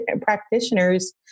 practitioners